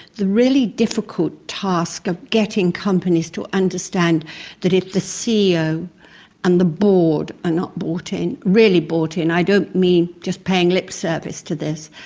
the really difficult task of getting companies to understand that if the ceo and the board are not brought in, really brought in, i don't mean just paying lip service to this,